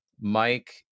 Mike